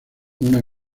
una